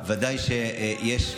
ודאי שיש,